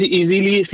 easily